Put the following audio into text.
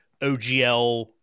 OGL